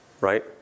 right